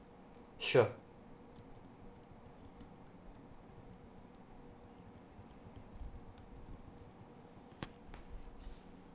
sure